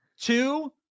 two